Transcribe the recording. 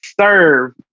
serve